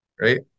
Right